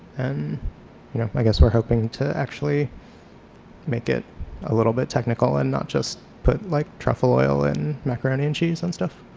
and you know i guess we're hoping to actually make it a little bit technical and not just put like truffle oil in macaroni and cheese and stuff.